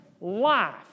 life